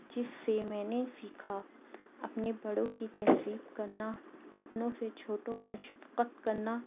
جس سے میں نے سیکھا اپنے بڑوں کی تہذیب کرنا اپنوں سے چھوٹوں پر شفقت کرنا